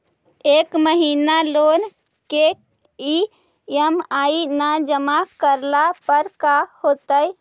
एक महिना लोन के ई.एम.आई न जमा करला पर का होतइ?